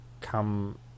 come